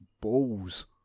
balls